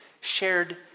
shared